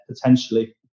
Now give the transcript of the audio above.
potentially